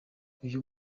uyu